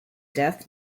death